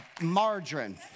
margarine